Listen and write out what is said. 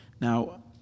Now